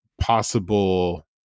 possible